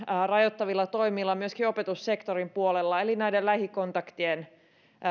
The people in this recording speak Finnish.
rajoittavilla toimilla myöskin opetussektorin puolella eli näiden lähikontaktien